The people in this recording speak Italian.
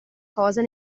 cosa